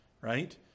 Right